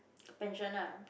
pension ah